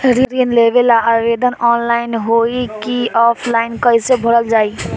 ऋण लेवेला आवेदन ऑनलाइन होई की ऑफलाइन कइसे भरल जाई?